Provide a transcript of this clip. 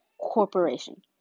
Corporation